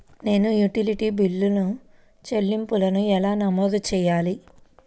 నేను utility bill చెల్లింపులను ఎలా నమోదు చేయాలి?